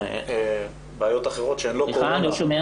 עם בעיות אחרות שהן לא קורונה.